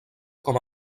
com